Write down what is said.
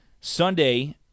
Sunday